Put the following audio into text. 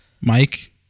Mike